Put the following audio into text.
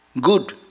good